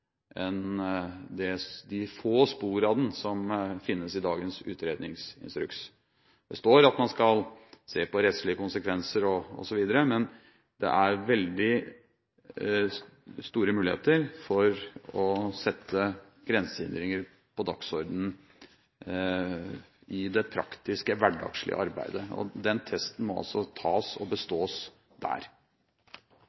de få spor av den som finnes i dagens utredningsinstruks. Det står at man skal se på rettslige konsekvenser osv., men det er veldig store muligheter for å sette grensehindringer på dagsordenen i det praktiske, hverdagslige arbeidet, og den testen må tas og